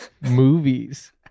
movies